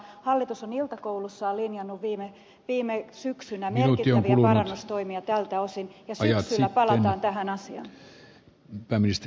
hallitus on iltakoulussaan linjannut viime syksynä merkittäviä parannustoimia tältä osin ja syksyllä palataan tähän asiaan